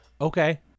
okay